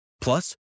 Plus